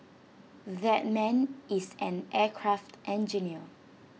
that man is an aircraft engineer